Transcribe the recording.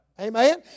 Amen